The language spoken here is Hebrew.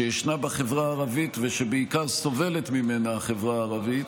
שישנה בחברה הערבית ושבעיקר סובלת ממנה החברה הערבית.